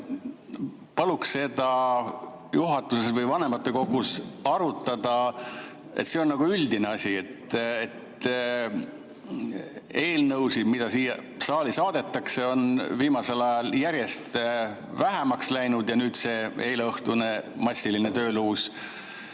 Paluks seda juhatuses või vanematekogus arutada, et see on nagu üldine asi, et eelnõusid, mida siia saali saadetakse, on viimasel ajal järjest vähemaks [jäänud], ja nüüd see eileõhtune massiline tööluus